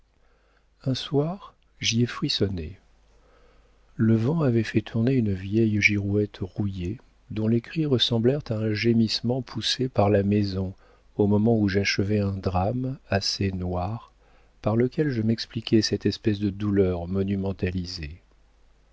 un soir j'y ai frissonné le vent avait fait tourner une vieille girouette rouillée dont les cris ressemblèrent à un gémissement poussé par la maison au moment où j'achevais un drame assez noir par lequel je m'expliquais cette espèce de douleur monumentalisée